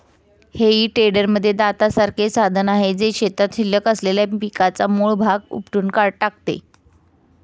हेई टेडरमध्ये दातासारखे साधन आहे, जे शेतात शिल्लक असलेल्या पिकाचा मूळ भाग उपटून टाकते